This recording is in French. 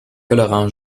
colorants